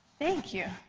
thank you.